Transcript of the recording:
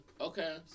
Okay